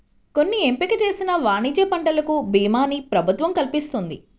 కొన్ని ఎంపిక చేసిన వాణిజ్య పంటలకు భీమాని ప్రభుత్వం కల్పిస్తున్నది